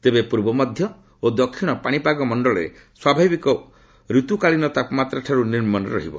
ତେବେ ପୂର୍ବ ମଧ୍ୟ ଏବଂ ଦକ୍ଷିଣ ପାଣିପାଗ ମଣ୍ଡଳରେ ସ୍ୱଭାବିକ ଋତୁକାଳୀନ ତାପମାତ୍ରାଠାରୁ ନିମୁରେ ରହିବ